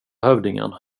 hövdingen